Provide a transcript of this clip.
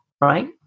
right